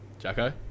Jacko